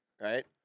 Right